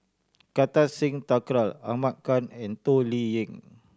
Kartar Singh Thakral Ahmad Khan and Toh Liying